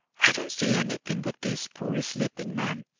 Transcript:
i don't see anything but this poor sleeping man,